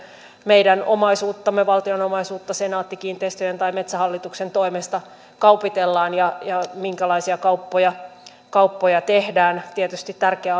meidän omaisuuttamme valtion omaisuutta senaatti kiinteistöjen tai metsähallituksen toimesta kaupitellaan ja ja minkälaisia kauppoja kauppoja tehdään tietysti tärkeää